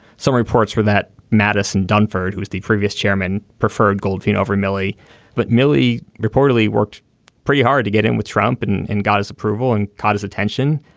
some reports were that madison dunford who was the previous chairman preferred goldfield over emily but milley reportedly worked pretty hard to get in with trump and and got his approval and caught his attention.